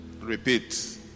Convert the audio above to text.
Repeat